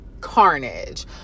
carnage